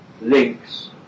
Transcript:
links